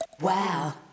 Wow